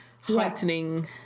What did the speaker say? heightening